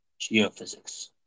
Geophysics